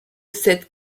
cette